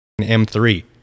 m3